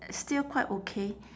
still quite okay